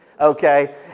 Okay